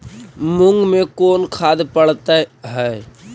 मुंग मे कोन खाद पड़तै है?